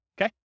Okay